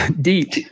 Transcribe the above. Deep